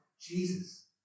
Jesus